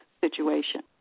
situation